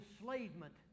enslavement